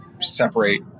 separate